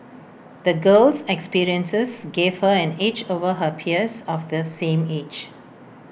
the girl's experiences gave her an edge over her peers of the same age